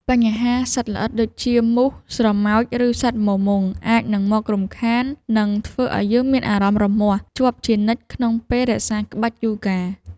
បញ្ហាសត្វល្អិតដូចជា មូស ស្រមោច ឬសត្វមមង់ អាចនឹងមករំខាន និងធ្វើឱ្យយើងមានអារម្មណ៍រមាស់ជាប់ជានិច្ចក្នុងពេលរក្សាក្បាច់យូហ្គា។